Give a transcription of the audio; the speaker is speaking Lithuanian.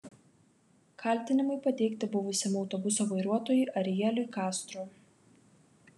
kaltinimai pateikti buvusiam autobuso vairuotojui arieliui kastro